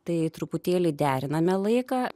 tai truputėlį deriname laiką